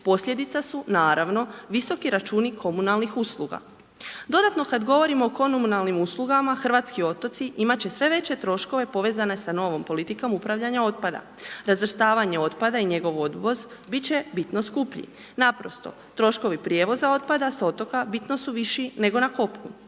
posljedica su naravno, visoki računi komunalnih usluga. Dodatno kad govorimo o komunalnim uslugama, hrvatski otoci imat će sve veće troškove povezane sa novom politikom upravljanja otpada, razvrstavanje otpada i njegov odvoz bit će bitno skuplji. Naprosto troškovi prijevoza otpada sa otoka bitno su viši nego na kopnu.